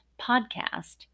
podcast